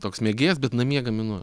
toks mėgėjas bet namie gaminu